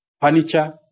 furniture